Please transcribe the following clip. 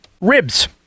ribs